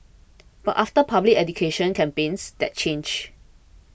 but after public education campaigns that changed